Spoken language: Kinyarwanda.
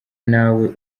nawe